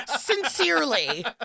Sincerely